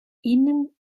innen